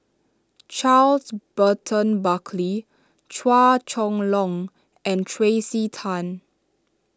Charles Burton Buckley Chua Chong Long and Tracey Tan